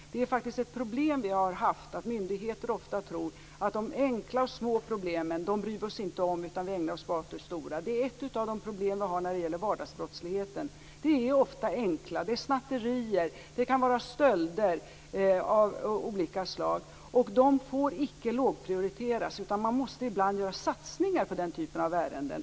Det är faktiskt ett problem vi har haft att myndigheter ofta tror att man inte skall bry sig om de enkla och små problemen utan bara ägna sig åt de stora. Det är ett av de problem vi har när det gäller vardagsbrottsligheten. Det är ofta enkla brott. Det är snatterier och stölder av olika slag. De får icke lågprioriteras. Man måste ibland göra satsningar på den typen av ärenden.